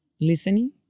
listening